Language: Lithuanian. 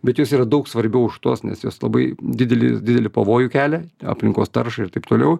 bet jos yra daug svarbiau už tuos nes jos labai didelį didelį pavojų kelia aplinkos taršą ir taip toliau